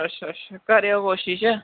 अच्छा अच्छा करेओ कोशिश